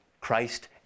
Christ